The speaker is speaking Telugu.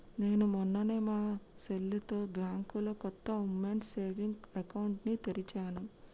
నేను మొన్ననే మా సెల్లుతో బ్యాంకులో కొత్త ఉమెన్స్ సేవింగ్స్ అకౌంట్ ని తెరిచాను